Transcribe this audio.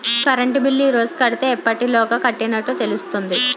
Current bill ఈ రోజు కడితే ఎప్పటిలోగా కట్టినట్టు తెలుస్తుంది?